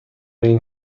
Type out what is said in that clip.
این